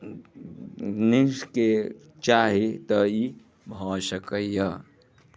निजके चाही तऽ ई भऽ सकैया